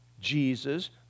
Jesus